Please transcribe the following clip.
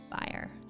fire